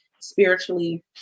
spiritually